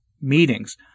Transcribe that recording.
meetings